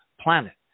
planet